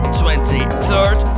23rd